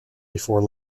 before